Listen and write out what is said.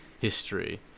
history